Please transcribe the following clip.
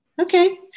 Okay